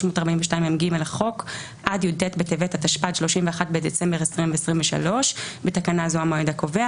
342מג לחוק עד י"ט בטבת התשפ"ד (31 בדצמבר 2023) (בתקנה זו המועד הקובע),